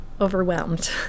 overwhelmed